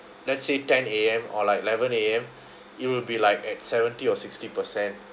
let's say ten A_M or like eleven A_M it will be like at seventy or sixty percent